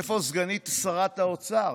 איפה סגנית שר האוצר?